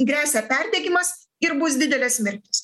gresia perdegimas ir bus didelės mirtys